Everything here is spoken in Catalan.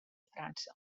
frança